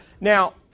Now